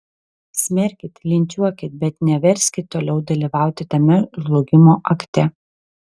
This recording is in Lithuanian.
smerkit linčiuokit bet neverskit toliau dalyvauti tame žlugimo akte